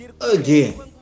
again